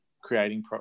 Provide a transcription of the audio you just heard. creating